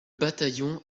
bataillon